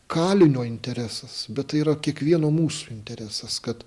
kalinio interesas bet tai yra kiekvieno mūsų interesas kad